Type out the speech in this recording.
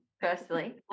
personally